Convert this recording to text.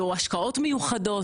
או השקעות מיוחדות,